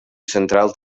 central